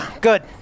Good